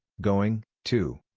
going, too.